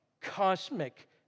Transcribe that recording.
cosmic